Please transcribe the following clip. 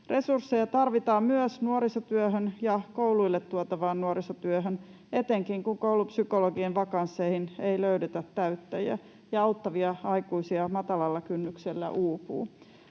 Resursseja tarvitaan myös nuorisotyöhön ja kouluille tuotavaan nuorisotyöhön, etenkin kun koulupsykologien vakansseihin ei löydetä täyttäjiä ja auttavia aikuisia matalalla kynnyksellä uupuu.